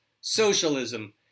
socialism